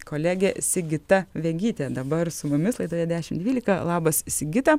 kolegė sigita vegytė dabar su mumis laidoje dešim dvylika labas sigita